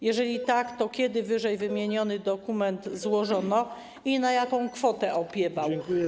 Jeżeli tak, to kiedy ww. dokument złożono i na jaką kwotę opiewał?